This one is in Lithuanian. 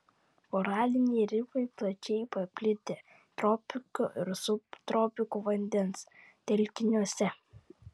koraliniai rifai plačiai paplitę tropikų ir subtropikų vandens telkiniuose